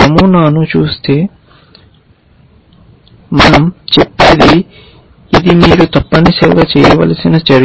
నమూనాను చూస్తే మనం చెప్పేది ఇది మీరు తప్పనిసరిగా చేయవలసిన చర్య